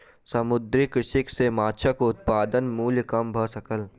समुद्रीय कृषि सॅ माँछक उत्पादन मूल्य कम भ सकल